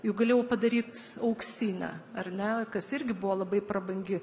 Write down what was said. juk galėjau padaryt auksinę ar ne kas irgi buvo labai prabangi